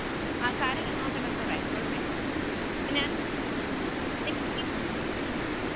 ആ സാരമില്ല നോക്കട്ടെ സാറേ കുഴപ്പമില്ല ഇപ്പം ഞാൻ